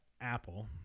Apple